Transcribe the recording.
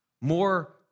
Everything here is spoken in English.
more